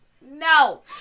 No